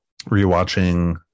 rewatching